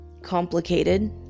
complicated